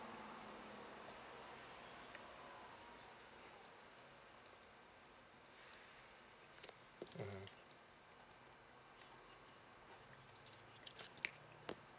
mmhmm